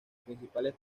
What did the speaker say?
principales